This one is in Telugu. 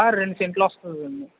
రెండు సెంట్లు వస్తుందేమో